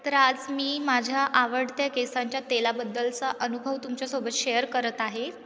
तर आज मी माझ्या आवडत्या केसांच्या तेलाबद्दलचा अनुभव तुमच्यासोबत शेअर करत आहे